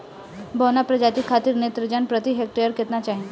बौना प्रजाति खातिर नेत्रजन प्रति हेक्टेयर केतना चाही?